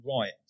right